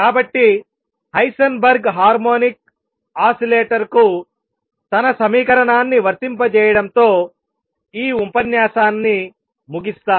కాబట్టి Heisenberg harmonic ఓసిలేటర్కు తన సమీకరణాన్ని వర్తింపజేయడంతో ఈ ఉపన్యాసాన్ని ముగిస్తాను